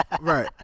Right